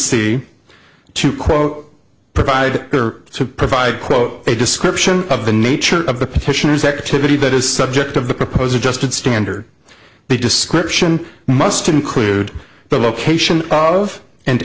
c to quote provide to provide quote a description of the nature of the petitioners activity that is subject of the propose adjusted standard the description must include the location